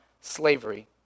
slavery